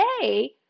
today